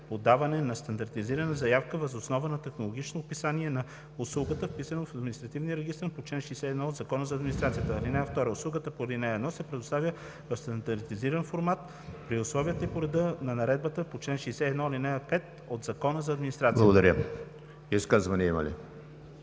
подаване на стандартизирана заявка въз основа на технологичното описание на услугата, вписано в Административния регистър по чл. 61 от Закона за администрацията. (2) Услугата по ал. 1 се предоставя в стандартизирания формат при условията и по реда на наредбата по чл. 61, ал. 5 от Закона за администрацията.“ ПРЕДСЕДАТЕЛ